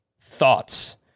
Thoughts